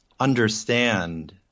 understand